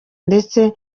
ndetse